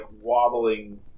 wobbling